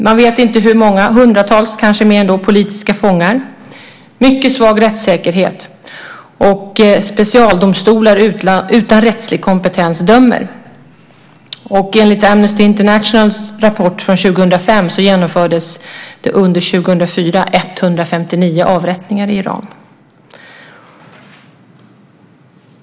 Man vet inte hur många - hundratals eller kanske mer - politiska fångar som finns. Rättssäkerheten är mycket svag. Specialdomstolar utan rättslig kompetens dömer. Enligt Amnesty Internationals rapport från 2005 genomfördes det 159 avrättningar i Iran under 2004.